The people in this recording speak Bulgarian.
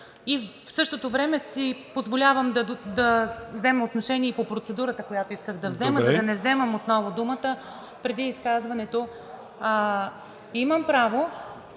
и в същото време си позволявам да взема отношение и по процедурата, която исках да взема, за да не вземам отново думата преди изказването. Имам право,